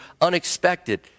unexpected